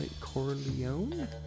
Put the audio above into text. Corleone